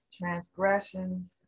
transgressions